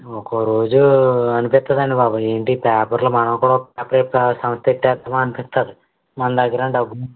ఒక్కోరోజు అనిపిస్తుందండీ బాబు ఏంటి ఈ పేపర్లు మనం కూడా ఒక పేపర్ ఇట్లా సంస్థ పెట్టేద్దామా అనిపిస్తుంది మనదగ్గర డబ్బు